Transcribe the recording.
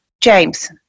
James